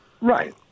Right